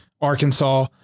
Arkansas